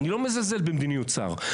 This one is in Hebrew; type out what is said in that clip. אני לא מזלזל במדיניות שר,